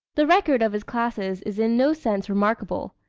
the record of his classes is in no sense remarkable.